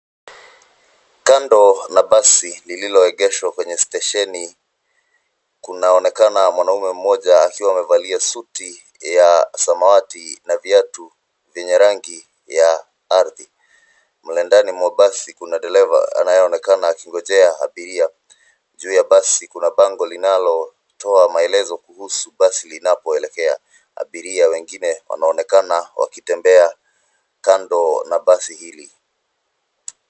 Kando na basi lililoegeshwa kwenye stesheni, kunaonekana mwanaume mmoja akiwa amevalia suti ya samawati na viatu vyenye rangi ya ardhi. Mle ndani mwa basi kuna dereva anayeonekana akingojea abiria. Juu ya basi kuna bango linalotoa maelezo kuhusu basi linapoelekea. Abiria wengine wanaonekana wakitembea kando na basi hili.